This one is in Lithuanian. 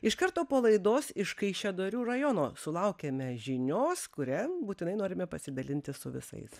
iš karto po laidos iš kaišiadorių rajono sulaukėme žinios kuria būtinai norime pasidalinti su visais